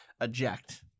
eject